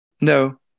No